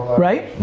right?